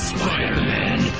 Spider-Man